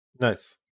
nice